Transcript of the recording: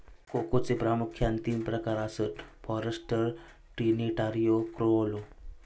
कोकोचे प्रामुख्यान तीन प्रकार आसत, फॉरस्टर, ट्रिनिटारियो, क्रिओलो